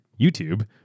YouTube